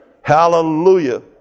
Hallelujah